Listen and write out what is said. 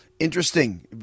Interesting